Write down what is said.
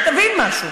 תבין משהו,